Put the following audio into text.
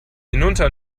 hinunter